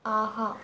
ஆஹா